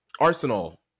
Arsenal